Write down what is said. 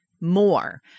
more